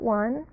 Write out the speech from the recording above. one